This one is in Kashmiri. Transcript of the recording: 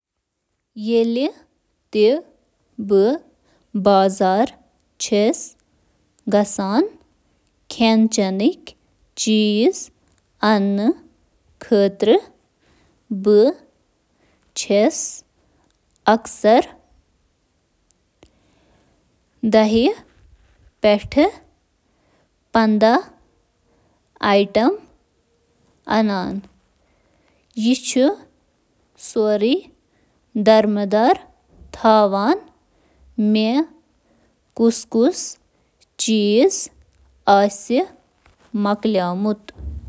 ییٚلہِ بہٕ بازرَس منٛز گژھان چھُس بہٕ چھُس کم از کم 3-4 چیٖز ہٮ۪وان